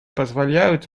позволяют